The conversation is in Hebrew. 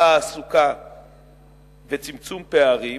תעסוקה וצמצום פערים,